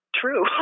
True